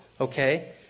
Okay